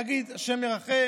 להגיד: השם ירחם,